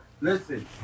Listen